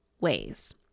ways